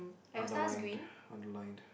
underlined underlined